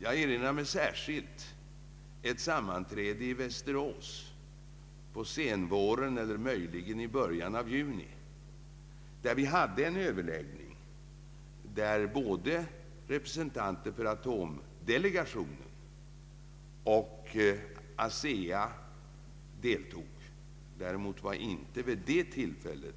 Jag erinrar mig särskilt ett sammanträde på senvåren eller möjligen i början av juni i Västerås, där överläggningar fördes mellan representanter för delegationen för atomenergifrågor och ASEA — däremot var vid detta tillfälle någon